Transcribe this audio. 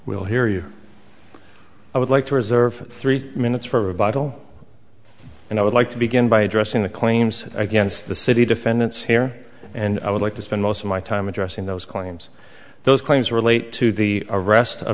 we'll hear you i would like to reserve three minutes for a bottle and i would like to begin by addressing the claims against the city defendants here and i would like to spend most of my time addressing those claims those claims relate to the arrest